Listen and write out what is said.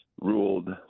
ruled